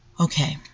Okay